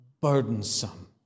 burdensome